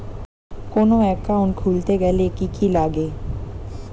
কোন একাউন্ট খুলতে গেলে কি কি লাগে?